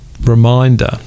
reminder